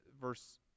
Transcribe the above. verse